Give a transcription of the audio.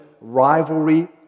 rivalry